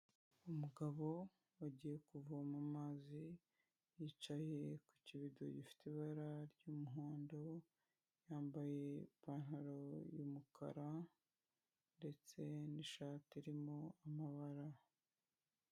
Umugabo agiye kuvoma amazi, yicaye ku kibido gifite ibara ry'umuhondo, yambaye ipantaro y'umukara ndetse n'ishati irimo amabara.